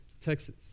Texas